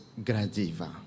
Gradiva